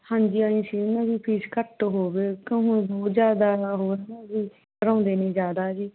ਹਾਂਜੀ ਹਾਂਜੀ ਉਹਨਾਂ ਦੀ ਫੀਸ ਘੱਟ ਹੋਵੇ ਕਿਉਂ ਹੁਣ ਬਹੁਤ ਜ਼ਿਆਦਾ ਵਾ ਹੋਰ ਜ਼ਿਆਦਾ ਭਰਾਉਂਦੇ ਨੇ ਜ਼ਿਆਦਾ ਜੀ